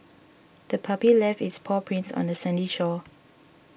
the puppy left its paw prints on the sandy shore